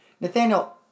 Nathaniel